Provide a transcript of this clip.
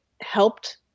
helped